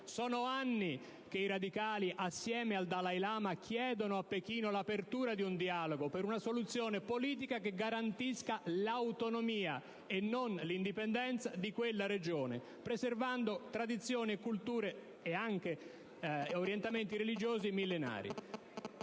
anni che i Radicali assieme al Dalai Lama chiedono a Pechino l'apertura di un dialogo per una soluzione politica che garantisca l'autonomia (e non l'indipendenza) di quella Regione, preservando tradizioni, culture e anche orientamenti religiosi millenari.